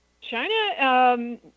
China